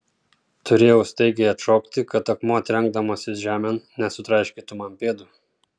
turėjau staigiai atšokti kad akmuo trenkdamasis žemėn nesutraiškytų man pėdų